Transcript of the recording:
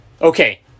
Okay